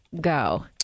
go